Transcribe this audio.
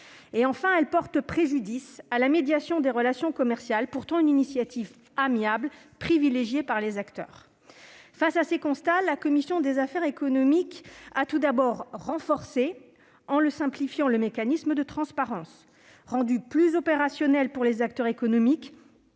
elle porte préjudice à la médiation des relations commerciales, laquelle constitue pourtant une démarche amiable, privilégiée par les acteurs. Face à ces constats, la commission des affaires économiques a tout d'abord renforcé, en le simplifiant, le mécanisme de transparence. Rendu plus opérationnel pour les acteurs économiques,